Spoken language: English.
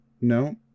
No